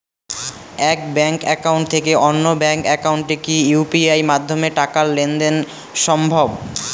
এক bank account থেকে অন্য ব্যাংক একাউন্টে কি ইউ.পি.আই মাধ্যমে টাকার লেনদেন দেন সম্ভব?